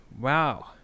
wow